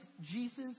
Jesus